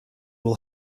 will